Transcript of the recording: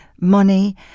money